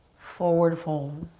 forward fold,